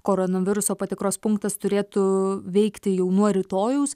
koronaviruso patikros punktas turėtų veikti jau nuo rytojaus